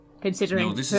Considering